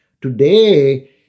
today